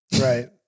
Right